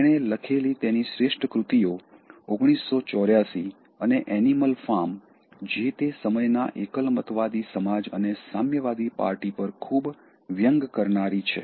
તેણે લખેલી તેની શ્રેષ્ઠ કૃતિઓ 1984 અને એનિમલ ફાર્મ જે તે સમયના એકલમતવાદી સમાજ અને સામ્યવાદી પાર્ટી પર ખૂબ વ્યંગ કરનારી છે